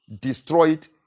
destroyed